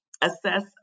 assess